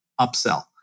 upsell